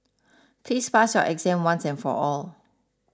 please pass your exam once and for all